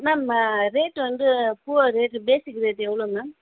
ma'am rate வந்து பூவோடய rate basic rate எவ்வளோ மேம்